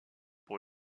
pour